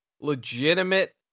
legitimate